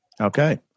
Okay